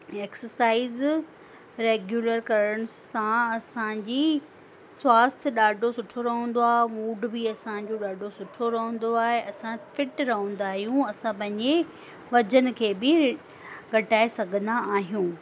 exercise regular करण सां असांजी स्वास्थ्य ॾाढो सुठो रहंदो आहे मूड बि असांजो ॾाढो सुठो रहंदो आहे असां फ़िट रहंदा आहियूं असां पंहिंजे वजन खे बि घटाए सघंदा आहियूं